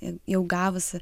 ir jau gavusi